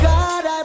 God